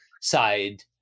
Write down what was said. side